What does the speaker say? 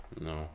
No